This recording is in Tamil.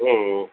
ம் ம்